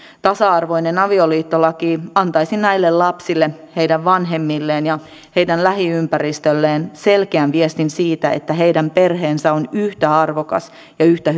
tasa arvoinen avioliittolaki antaisi näille lapsille heidän vanhemmilleen ja heidän lähiympäristölleen selkeän viestin siitä että heidän perheensä on yhtä arvokas ja yhtä